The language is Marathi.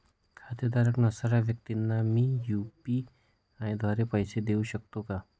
खातेधारक नसणाऱ्या व्यक्तींना मी यू.पी.आय द्वारे पैसे देऊ शकतो का?